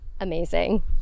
Amazing